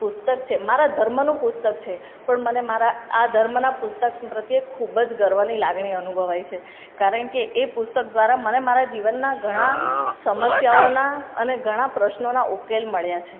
પુસ્તક છે મારા ધર્મનું પુસ્તક છે પણ મને મારા આ ધર્મના પુસ્તક પ્રત્યે ખૂબ જ ગર્વની લાગણી અનુભવાય છે કારણ કે એ પુસ્તક દ્વારા મને મારા જીવનના ઘણા સમસ્યાઓના અને ઘણા પ્રશ્નોના ઉકેલ મળ્યા છે